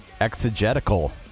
exegetical